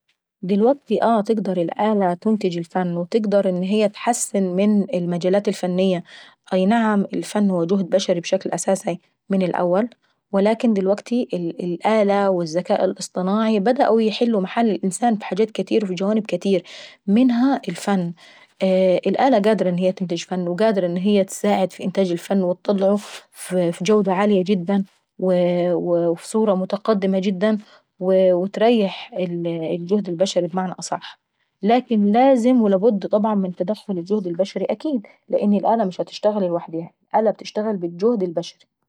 دلوكتي اه تقدر الالة تنتج الفن وتقدر ان هي اتحسن من المجالات الفنية، اينعم الفن هو جهد بشري بشكل أساساي الأول ولكن دلوكتي الالة والذكاء الاصطناعي بدأوا يحلوا مكان الانسان في حاجات كاتير وفي جوانب كاتير منها: الفن. الالة قادرة ان هي تنتج فن وقادرة ان هي تساعد في ان هي تطلعه في جودة عالية جدا ووو ووو في صورة متقدمة جدا وو تريح الجهد البشري بمعنى اصح. لكن لازم ولابد من تدخل الجهد البشري اكيد. لان الالة من هتشتغل لوحديها، الالة بتشتغل بالجهد البشري.